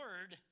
word